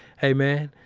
hey, man.